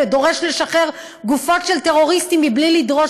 ודורש לשחרר גופות של טרוריסטים בלי לדרוש